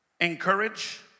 encourage